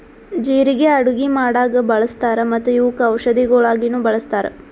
ಜೀರಿಗೆ ಅಡುಗಿ ಮಾಡಾಗ್ ಬಳ್ಸತಾರ್ ಮತ್ತ ಇವುಕ್ ಔಷದಿಗೊಳಾಗಿನು ಬಳಸ್ತಾರ್